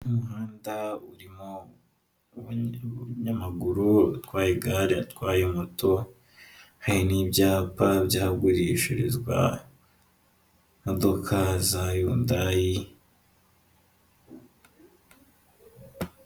Umuhanda urimo umunyamaguru utwara igare, atwaye moto he n'ibyapa byagurishirizwa imodoka za yundayi.